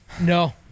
No